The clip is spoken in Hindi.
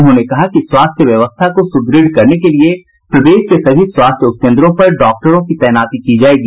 उन्होंने कहा कि स्वास्थ्य व्यवस्था को सुदृढ़ करने के लिए प्रदेश के सभी स्वास्थ्य उपकेन्द्रों पर डॉक्टरों की तैनाती की जायेगी